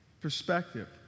perspective